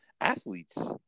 athletes